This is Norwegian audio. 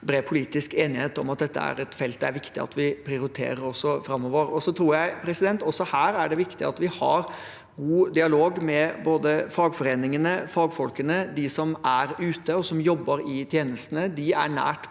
bred politisk enighet om at dette er et felt det er viktig at vi prioriterer også framover. Så tror jeg det også her er viktig at vi har god dialog med både fagforeningene, fagfolkene og dem som jobber ute i tjenestene. De er nært